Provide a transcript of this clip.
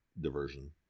diversion